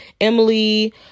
Emily